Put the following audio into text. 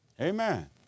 Amen